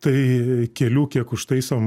tai kelių kiek užtaisom